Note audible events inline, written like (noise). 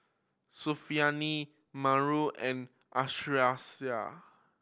(unintelligible) Melur and (unintelligible)